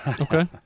Okay